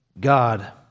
God